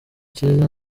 cyiza